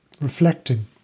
reflecting